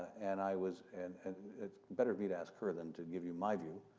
and i was and and it's better me to ask her than to give you my view,